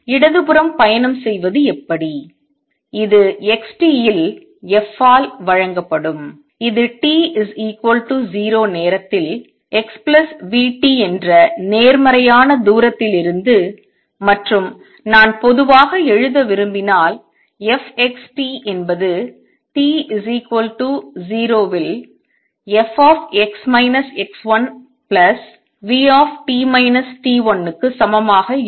இடதுபுறம் பயணம் செய்வது எப்படி இது x t இல் f ஆல் வழங்கப்படும் இது t 0 நேரத்தில் x vt என்ற நேர்மறையான தூரத்தில் இருந்தது மற்றும் நான் பொதுவாக எழுத விரும்பினால் f x t என்பது t 0 இல் f v க்கு சமமாக இருக்கும்